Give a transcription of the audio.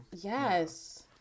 yes